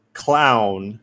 clown